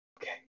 Okay